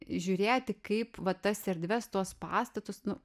žiūrėti kaip va tas erdves tuos pastatus nu